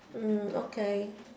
okay